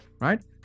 right